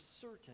certain